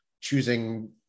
choosing